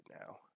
now